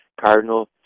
cardinal